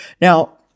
Now